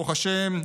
ברוך השם,